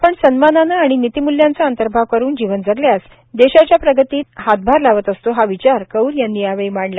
आपण सन्मानानं आणि नितिमुल्यांचा अंतर्भाव करून जीवन जगल्यास देशाच्या प्रगतीत हातभार लावत असतो हा विचार कौर यांनी यावेळी मांडला